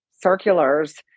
circulars